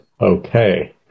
Okay